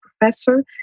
professor